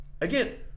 Again